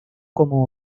como